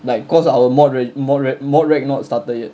like cause our modre~ modre~ modreg not started yet